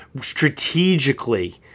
strategically